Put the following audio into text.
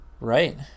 right